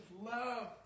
love